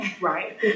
right